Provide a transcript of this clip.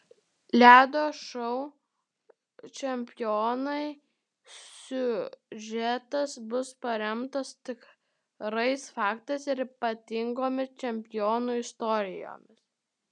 ledo šou čempionai siužetas bus paremtas tikrais faktais ir ypatingomis čempionų istorijomis